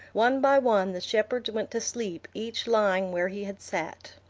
one by one the shepherds went to sleep, each lying where he had sat.